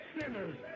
sinners